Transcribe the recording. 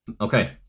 Okay